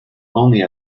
only